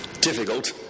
Difficult